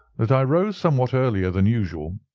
that i rose somewhat earlier than usual,